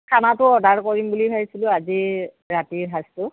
খানাটো অৰ্ডাৰ কৰিম বুলি ভাবিছিলোঁ আজি ৰাতিৰ সাজটো